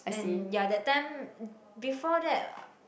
and ya that time before that